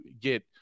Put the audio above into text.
get